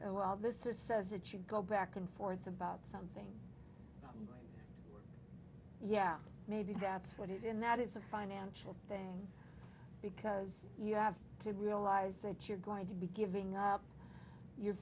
e this is says it should go back and forth about something yeah maybe that's what it in that is a financial thing because you have to realize that you're going to be giving up your